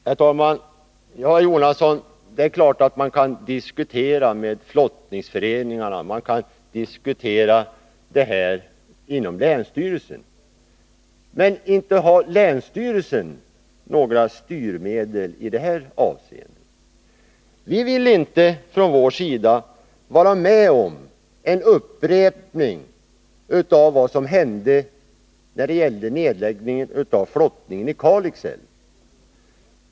Herr talman! Ja, herr Jonasson, det är klart att man kan diskutera detta med flottningsföreningarna och även inom länsstyrelsen. Men inte har länsstyrelsen några styrmedel i det här avseendet. Från vår sida vill vi inte vara med om en upprepning av vad som hände i samband med nedläggningen av flottningen i Kalix älv.